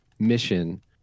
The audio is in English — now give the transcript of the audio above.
Mission